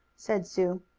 said sue.